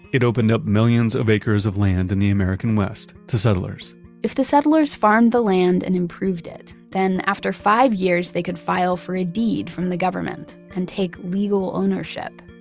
it opened up millions of acres of land in the american west to settlers if the settlers farmed the land and improved it, then after five years they could file for a deed from the government and take legal ownership,